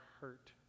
hurt